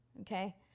okay